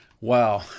Wow